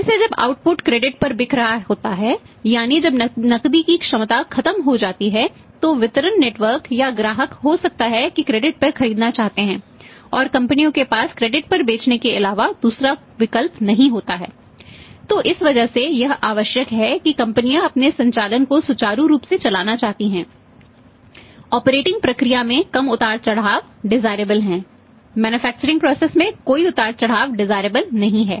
फिर से जब आउटपुट नहीं है